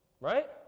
right